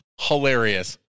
hilarious